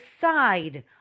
side